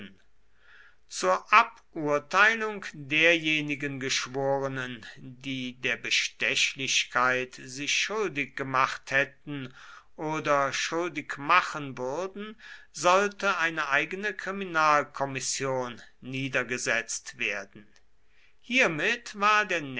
zur aburteilung derjenigen geschworenen die der bestechlichkeit sich schuldig gemacht hätten oder schuldig machen würden sollte eine eigene kriminalkommission niedergesetzt werden hiermit war der